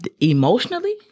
emotionally